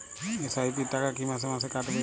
SIP র টাকা কী মাসে মাসে কাটবে?